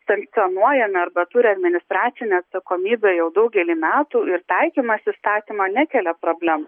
sankcionuojami arba turi administracinę atsakomybę jau daugelį metų ir taikymas įstatymo nekelia problemų